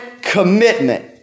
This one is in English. commitment